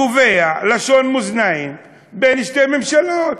קובע, לשון מאזניים בין שתי ממשלות,